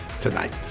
tonight